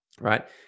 right